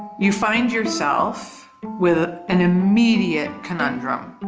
you find yourself with an immediate conundrum.